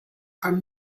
are